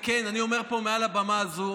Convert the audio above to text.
כן, אני אומר פה מעל הבמה הזו: